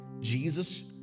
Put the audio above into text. Jesus